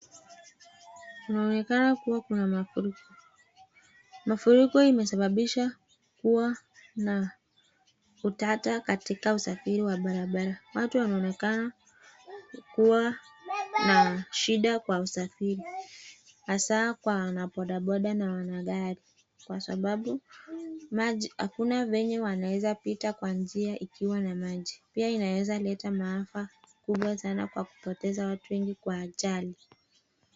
Inaonekana kuwa kuna mafuriko. Mafuriko imesababisha kuwa na utata katika usafiri wa barabara. Watu wanaonekana kuwa na shida kwa usafiri, hasaa kwa wanabodaboda na wanagari kwa sababu hakuna venye wanaeza pita kwa njia ikiwa na maji. Pia inaweza leta maafa kubwa sana kwa kupoteza watu wengi kwa ajali.